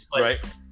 right